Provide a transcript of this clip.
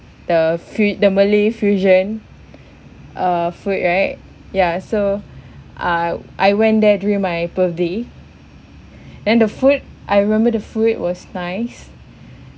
the fu~ the malay fusion uh food right yeah so uh I went there during my birthday and the food I remember the food was nice